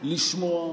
לשמוע,